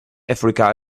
africa